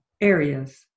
areas